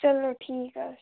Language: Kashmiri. چَلو ٹھیٖک حظ چھُ